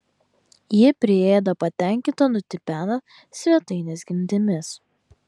ji priėda patenkinta nutipena svetainės grindimis